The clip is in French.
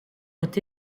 ont